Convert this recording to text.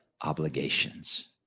obligations